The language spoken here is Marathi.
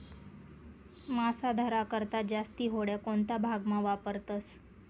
मासा धरा करता जास्ती होड्या कोणता भागमा वापरतस